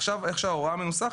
עכשיו איך שההוראה מנוסחת,